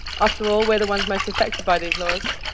after all, we're the ones most affected by these laws.